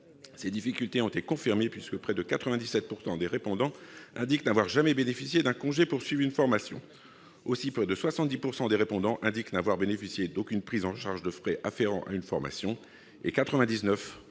ces difficultés ont été confirmées. Ainsi, près de 97 % des répondants indiquent n'avoir « jamais bénéficié d'un congé pour suivre une formation ». Près de 70 % des répondants indiquent n'avoir bénéficié « d'aucune prise en charge de frais afférents à une formation » et 99